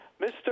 Mr